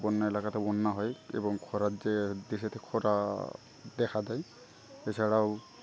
বন্যা এলাকাতে বন্যা হয় এবং খরার যে দেশেতে খরা দেখা দেয় এছাড়াও